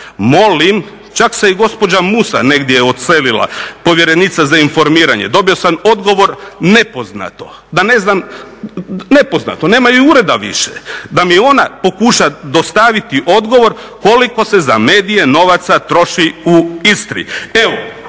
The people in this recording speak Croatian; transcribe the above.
molim, čak se i gospođa Musa negdje odselila, povjerenica za informiranje, dobio sam odgovor nepoznato, nemaju ureda više, da mi ona pokuša dostaviti odgovor koliko se za medije novaca troši u Istri.